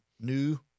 new